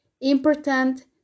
Important